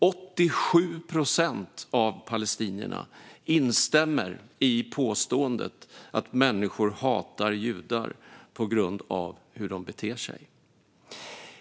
87 procent av palestinierna instämmer i påståendet att människor hatar judar på grund av hur de beter sig.